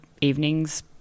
evening's